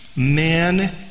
Man